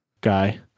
guy